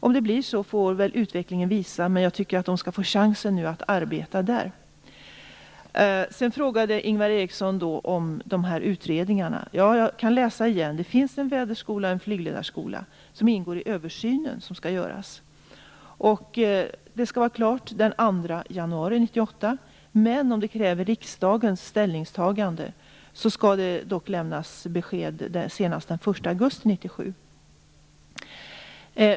Om det blir så får väl utvecklingen visa, men jag tycker att man nu skall få chansen att arbeta med detta. Ingvar Eriksson frågade om utredningarna. Jag kan återigen säga att det finns en väderskola och en flygledarskola som ingår i den översyn som skall göras. Den skall vara klar den 2 januari 1998, men om det kräver riksdagens ställningstagande skall det dock lämnas besked senast den 1 augusti 1997.